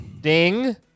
Ding